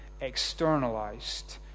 externalized